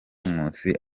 nkusi